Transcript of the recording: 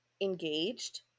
engaged